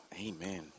amen